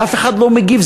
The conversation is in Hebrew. ואף אחד לא מגיב.